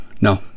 no